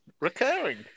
Recurring